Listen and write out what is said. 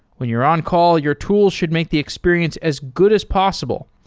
when you're on-call, your tool should make the experience as good as possible,